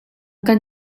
kan